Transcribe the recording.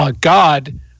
God